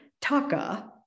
taka